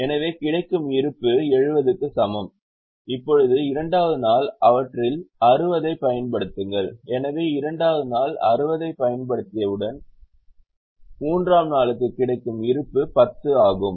எனவே கிடைக்கும் இருப்பு 70 க்கு சமம் இப்போது இரண்டாவது நாள் அவற்றில் 60 ஐப் பயன்படுத்துங்கள் எனவே இரண்டாவது நாள் 60 ஐப் பயன்படுத்துங்கள் எனவே மூன்றாம் நாளுக்கு கிடைக்கும் இருப்பு 10 ஆகும்